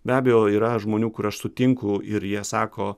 be abejo yra žmonių kur aš sutinku ir jie sako